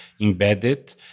embedded